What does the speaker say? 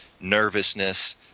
nervousness